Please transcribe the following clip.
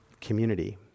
community